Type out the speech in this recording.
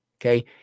Okay